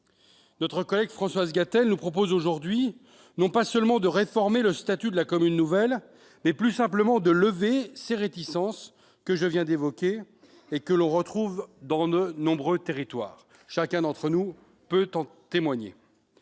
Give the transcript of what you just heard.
Notre collègue Françoise Gatel nous propose aujourd'hui non pas seulement de réformer le statut de la commune nouvelle, mais plus simplement de lever les réticences que je viens d'évoquer et que l'on retrouve dans de nombreux territoires et de faciliter